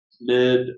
mid